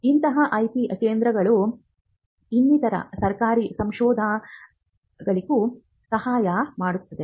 ಇಂತಹ IP ಕೇಂದ್ರಗಳು ಇನ್ನಿತರ ಸರ್ಕಾರಿ ಸಂಶೋಧನಾಲಯಗಳಿಗೂ ಸಹಾಯ ಮಾಡುತ್ತವೆ